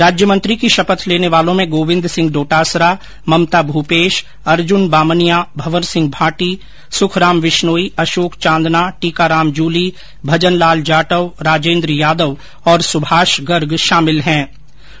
राज्यमंत्री की शपथ लेने वालों में गोविन्द सिंह डोटासरा ममता भूपेश अर्जुन बामनिया भंवर सिंह भाटी सुखराम विश्नोई अशोक चांदना टीकाराम जूली भजन लाल जाटव राजेन्द्र यादव और सुभाष गर्ग शामिल हे